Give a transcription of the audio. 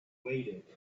waited